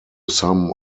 some